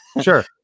Sure